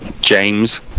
James